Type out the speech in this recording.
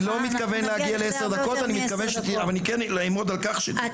אנחנו נגיע להרבה יותר מעשר דקות.